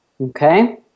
Okay